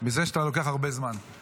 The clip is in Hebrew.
מזה שאתה לוקח הרבה זמן.